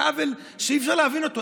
זה עוול שאי-אפשר להבין אותו.